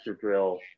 drill